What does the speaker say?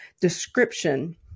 description